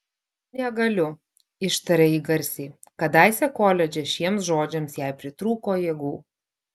negaliu ištarė ji garsiai kadaise koledže šiems žodžiams jai pritrūko jėgų